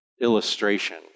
illustration